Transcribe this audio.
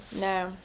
No